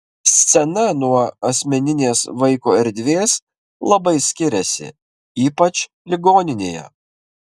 scena nuo asmeninės vaiko erdvės labai skiriasi ypač ligoninėje